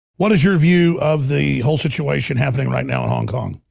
what is your view of the whole situation happening right now in hong kong?